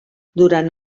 durant